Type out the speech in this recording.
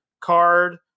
card